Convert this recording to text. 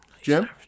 Jim